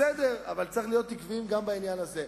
בסדר, אבל צריך להיות עקביים גם בעניין הזה.